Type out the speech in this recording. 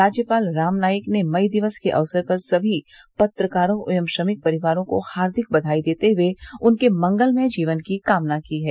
राज्यपाल राम नाईक ने मई दिवस के अवसर पर सभी पत्रकारों एवं श्रमिक परिवारों को हार्दिक बधाई देते हुए उनके मंगलमय जीवन की कामना की है